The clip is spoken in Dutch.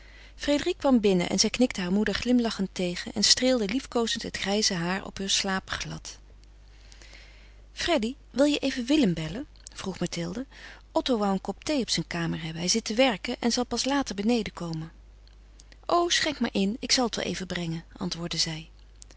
frédérique kwam binnen en zij knikte haar moeder glimlachend tegen en streelde liefkoozend het grijze haar op heur slapen glad freddy wil je even willem bellen vroeg mathilde otto wou een kop thee op zijn kamer hebben hij zit te werken en zal pas later beneden komen o schenk maar in ik zal het wel even brengen antwoordde zij